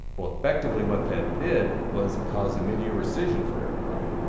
well, effectively what that did was it caused a midyear rescission for everybody.